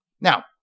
Now